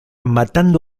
matando